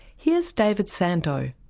here's david sandoe,